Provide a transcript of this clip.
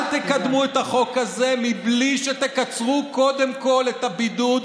אל תקדמו את החוק הזה מבלי שתקצרו קודם כול את הבידוד,